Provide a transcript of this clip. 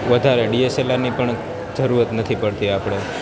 વધારે ડીએસએલઆરની પણ જરૂરત નથી પડતી આપણે